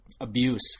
abuse